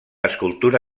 escultura